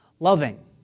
loving